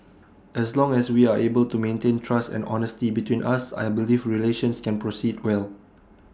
as long as we are able to maintain trust and honesty between us I believe relations can proceed well